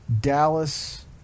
Dallas